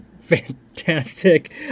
fantastic